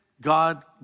God